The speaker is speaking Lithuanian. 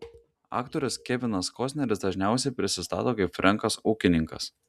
aktorius kevinas kostneris dažniausiai prisistato kaip frenkas ūkininkas